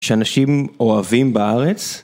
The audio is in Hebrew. שאנשים אוהבים בארץ?